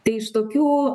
tai iš tokių